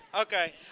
Okay